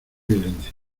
violencia